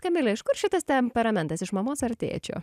kamile iš kur šitas temperamentas iš mamos ar tėčio